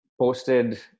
posted